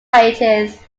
pages